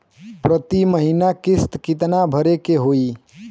प्रति महीना किस्त कितना भरे के होई?